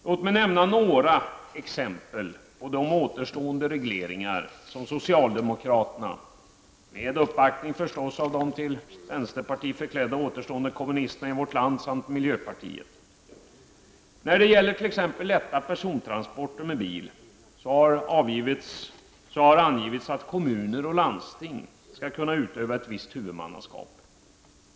Låt mig nämna några exempel på de återstående regleringarna som socialdemokraterna vill genomföra -- förstås med uppbackning av de till vänsterparti förklädda återstående kommunisterna i vårt land samt miljöpartiet. När det gäller t.ex. lätta persontransporter med bil har det angivits att kommuner och landsting skall kunna utöva ett visst huvudmannaskap.